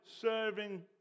serving